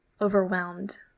overwhelmed